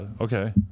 okay